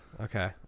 Okay